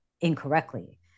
incorrectly